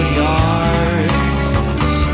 yards